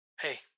Hey